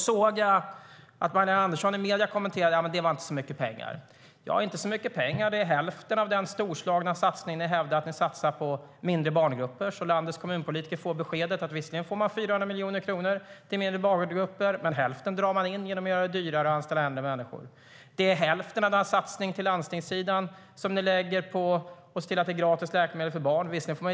Jag såg att Magdalena Andersson i medierna kommenterade att det inte är så mycket pengar. Inte så mycket pengar - det är hälften av den storslagna satsning ni hävdar att ni gör på mindre barngrupper, Magdalena Andersson.Landets kommunpolitiker får beskedet att de visserligen får 400 miljoner kronor till mindre barngrupper men att man drar in hälften genom att göra det dyrare att anställa äldre människor. Det är hälften av den landstingssatsning ni gör på att se till att det blir gratis läkemedel för barn, Magdalena Andersson.